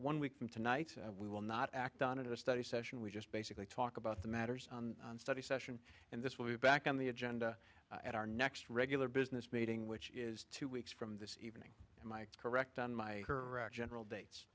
one week from tonight we will not act on it or study session we just basically talk about the matters study session and this will be back on the agenda at our next regular business meeting which is two weeks from this evening am i correct on my general dates